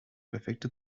perfekte